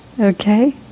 Okay